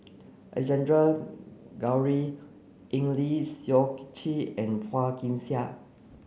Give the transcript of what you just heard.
Alexander Guthrie Eng Lee Seok Chee and Phua Kin Siang